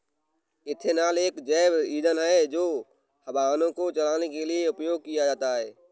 ethanol एक जैव ईंधन है और वाहनों को चलाने के लिए उपयोग किया जाता है